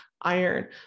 iron